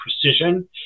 precision